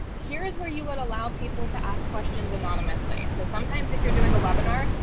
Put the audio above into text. here's where you would allow people to ask questions anonymously. so sometimes if you're doing a webinar,